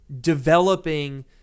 developing